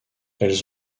elles